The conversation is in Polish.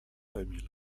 emil